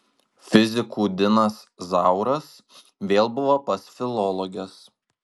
fizikų dinas zauras vėl buvo pas filologes